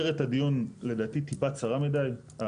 כותרת הדיון לדעתי טיפה צרה מידי.